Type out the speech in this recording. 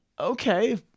okay